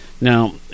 Now